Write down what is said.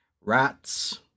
rats